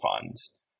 funds